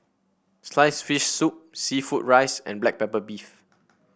sliced fish soup seafood rice and Black Pepper Beef